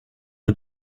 nur